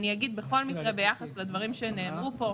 אני אגיד בכל מקרה ביחס לדברים שנאמרו פה,